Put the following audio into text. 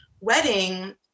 wedding